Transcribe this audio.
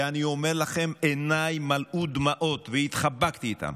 ואני אומר לכם, עיניי מלאו דמעות, והתחבקתי איתם.